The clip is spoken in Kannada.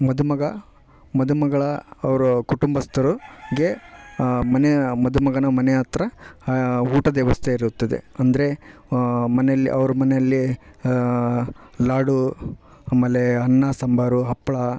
ಮದುಮಗ ಮದುಮಗಳ ಅವರು ಕುಟುಂಬಸ್ತರು ಗೆ ಮನೆ ಮದುಮಗನ ಮನೆ ಹತ್ರ ಊಟದ ವ್ಯವಸ್ತೆ ಇರುತ್ತದೆ ಅಂದರೆ ಮನೆಯಲ್ಲಿ ಅವರು ಮನೆಯಲ್ಲಿ ಲಾಡು ಆಮೇಲೆ ಅನ್ನ ಸಾಂಬಾರು ಹಪ್ಪಳ